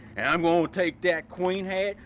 i'm gonna take that queen hat.